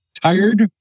Tired